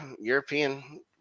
European